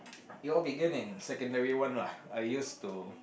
it all began in secondary one lah I used to